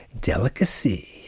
delicacy